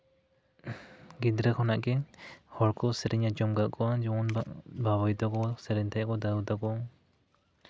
ᱜᱤᱫᱽᱨᱟᱹ ᱠᱷᱚᱱᱟᱜ ᱜᱮ ᱦᱚᱲ ᱠᱚ ᱥᱮᱨᱮᱧ ᱟᱸᱡᱚᱢ ᱟᱠᱟᱫ ᱠᱚᱣᱟ ᱡᱮᱢᱚᱱ ᱫᱚ ᱵᱟᱵᱟᱭᱩ ᱛᱟᱠᱚ ᱠᱚ ᱥᱮᱨᱮᱧ ᱛᱟᱦᱮᱸ ᱠᱚ ᱫᱟᱹᱫᱩ ᱛᱟᱠᱚ